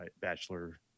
bachelor